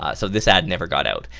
ah so this ad never got out.